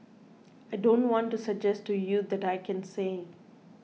I don't want to suggest to you that I can say